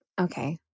Okay